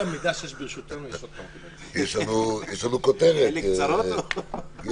יש לנו כותרת: